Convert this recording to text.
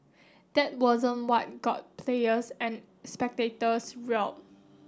that wasn't what got players and spectators riled